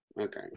okay